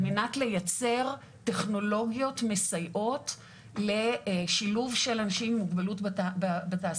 על מנת לייצר טכנולוגיות מסייעות לשילוב של אנשים עם מוגבלות בתעסוקה.